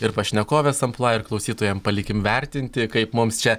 ir pašnekovės amplua ir klausytojam palikim vertinti kaip mums čia